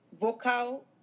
vocal